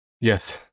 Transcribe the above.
Yes